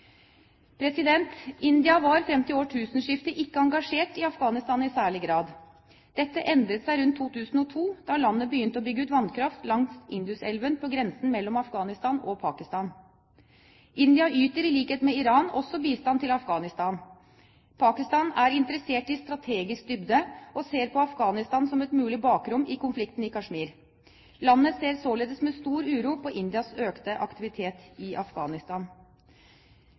India var frem til årtusenskiftet ikke engasjert i Afghanistan i særlig grad. Dette endret seg rundt 2002, da landet begynte å bygge ut vannkraft langs Indus-elven, på grensen mellom Afghanistan og Pakistan. India yter, i likhet med Iran, også bistand til Afghanistan. Pakistan er interessert i strategisk dybde og ser på Afghanistan som et mulig bakrom i konflikten i Kashmir. Landet ser således med stor uro på Indias økte aktivitet i Afghanistan.